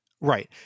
right